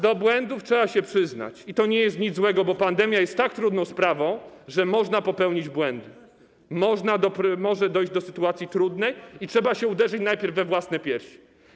Do błędów trzeba się przyznać i to nie jest nic złego, bo pandemia jest tak trudną sprawą, że można popełnić błędy, może dojść do sytuacji trudnej i trzeba się uderzyć najpierw we własne piersi.